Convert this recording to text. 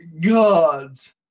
gods